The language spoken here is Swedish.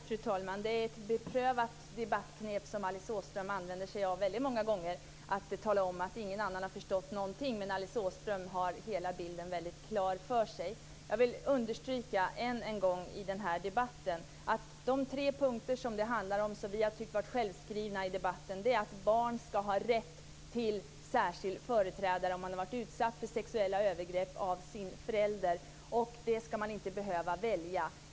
Fru talman! Det är ett beprövat debattknep som Alice Åström använder sig av väldigt många gånger att tala om att ingen annan har förstått någonting men att Alice Åström har hela bilden väldigt klar för sig. Jag vill än en gång understryka att det är tre punkter som det handlar om, som vi har tyckt vara självskrivna. Barn ska ha rätt till särskild företrädare om de har varit utsatta för sexuella övergrepp av en förälder. Det ska man inte behöva välja.